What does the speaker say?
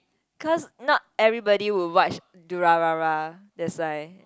cos not everybody will watch Durarara